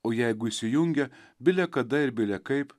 o jeigu įsijungia bile kada ir bile kaip